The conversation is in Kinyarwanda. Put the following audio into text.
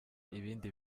ibindi